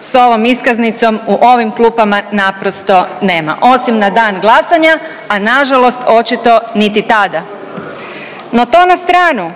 s ovom iskaznicom u ovim klupama naprosto nema osim na dan glasanja, a nažalost očito niti tada. No, to na stranu.